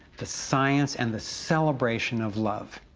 the science, and the celebration of love.